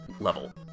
Level